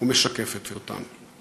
ומשקפת אותן.